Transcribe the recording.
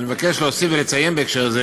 אני מבקש להוסיף ולציין בהקשר זה